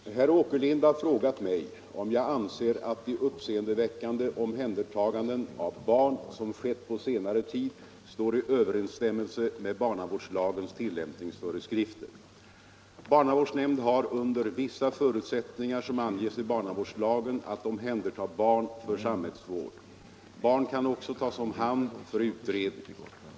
Herr talman! Herr Åkerlind har frågat mig om jag anser att de uppseendeväckande omhändertaganden av barn som skett på senare tid står i överensstämmelse med barnavårdslagens tillämpningsföreskrifter. Barnavårdsnämnden har under vissa förutsättningar som anges i barnavårdslagen att omhänderta barn för samhällsvård. Barn kan också tas om hand för utredning.